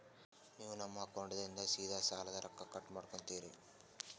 ನೀವು ನಮ್ಮ ಅಕೌಂಟದಾಗಿಂದ ಸೀದಾ ಸಾಲದ ರೊಕ್ಕ ಕಟ್ ಮಾಡ್ಕೋತೀರಿ?